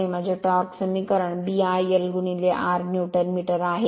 हे माझे टॉर्क समीकरण B IL r newton metre आहे